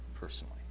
personally